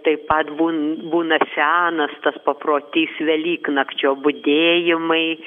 taip pat būn būna senas tas paprotys velyknakčio budėjimai